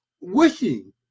wishing